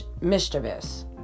mischievous